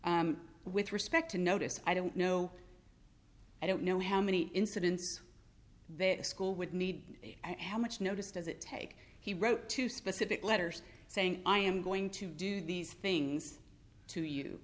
with respect to notice i don't know i don't know how many incidents that a school would need and how much notice does it take he wrote to specific letters saying i am going to do these things to you